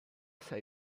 sei